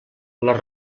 les